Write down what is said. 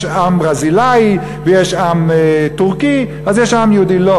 יש עם ברזילאי ויש עם טורקי אז יש עם יהודי.